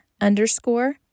underscore